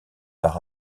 par